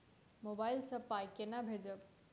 Mobile सँ पाई केना भेजब?